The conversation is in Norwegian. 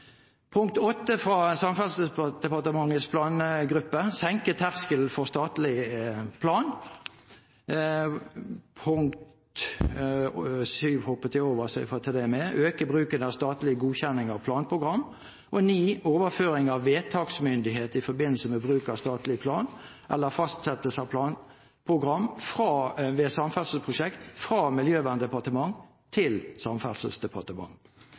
for statlig plan 8. å øke bruken av statlig godkjenning av planprogram 9. å overføre vedtaksmyndigheten i forbindelse med bruk av statlig plan eller fastsettelse av planprogram ved samferdselsprosjekter fra Miljøverndepartementet til